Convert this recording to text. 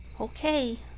Okay